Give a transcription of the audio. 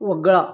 वगळा